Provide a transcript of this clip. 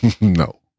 No